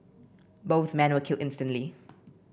both men were killed instantly